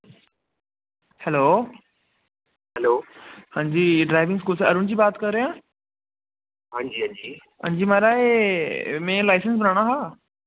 hello हांजी driving school से अरुण जी बात कर रहे हैं हांजी माराज ए में लइसेंस बनाना हा